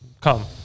Come